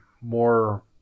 more